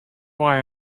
why